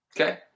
Okay